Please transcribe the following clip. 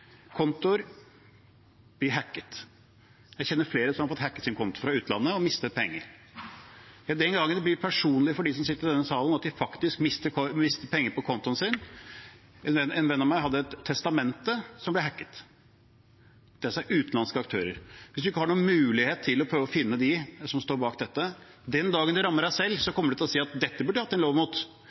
det blir personlig for dem som sitter i denne salen – at de faktisk mister penger på kontoen sin. En venn av meg hadde et testamente som ble hacket av utenlandske aktører. Tenk hvis man ikke har noen mulighet til å finne dem som står bak det. Den dagen det rammer en selv, kommer man til å si at dette burde vi hatt en lov mot.